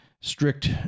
strict